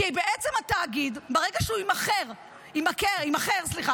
כי בעצם ברגע שהתאגיד יימכר לידיים